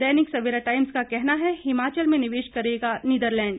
दैनिक Savera times का कहना है हिमाचल में निवेश करेगा नीदरलैंड